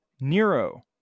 Nero